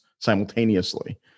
simultaneously